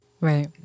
Right